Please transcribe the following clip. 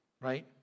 right